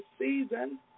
season